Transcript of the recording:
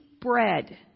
bread